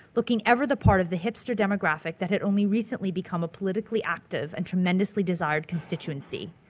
looking ever the part of the hipster demographic that had only recently become a politically active and tremendously desired constituency.